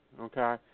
okay